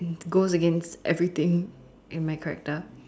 goes against everything in my character